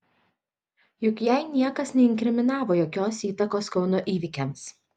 juk jai niekas neinkriminavo jokios įtakos kauno įvykiams